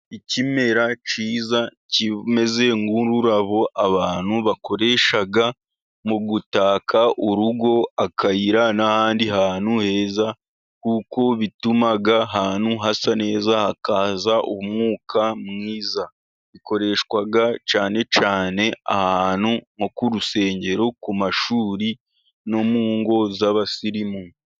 Ikimera cyiza kimeze nk'ururabo abantu bakoresha mu gutaka urugo, akayira, n'ahandi hantu heza. Kuko bituma ahantu hasa neza hakaza umwuka mwiza. Bikoreshwa cyane cyane ahantu nko ku rusengero, ku mashuri, no mu ngo z'abasirimu.